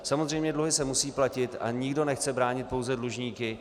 Samozřejmě dluhy se musí platit a nikdo nechce bránit pouze dlužníky.